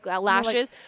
lashes